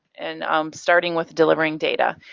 and um starting with delivering data.